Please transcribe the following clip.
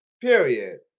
Period